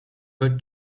put